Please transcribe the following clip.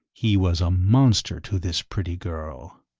he was a monster to this pretty girl.